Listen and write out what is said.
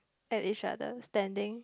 at each other standing